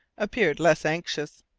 appeared less anxious.